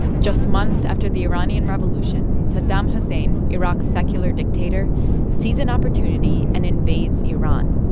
just months after the iranian revolution, saddam hussein iraq's secular dictator sees an opportunity and invades iran.